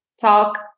talk